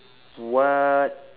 what